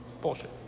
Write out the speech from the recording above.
bullshit